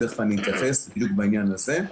תכף אני אתייחס בדיוק לעניין הזה.